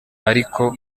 ariko